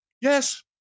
yes